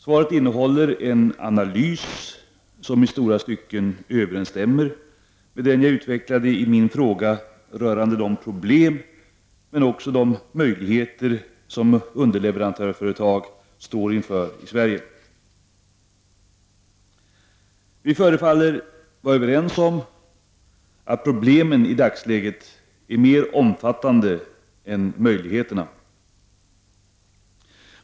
Svaret innehåller en analys som i långa stycken överensstämmer med den jag utvecklade i min fråga rörande de problem men också möjligheter som underleverantörsföretag i Sverige står inför. Vi förefaller vara överens om att problemen i dagsläget är mer omfattande än möjligheterna.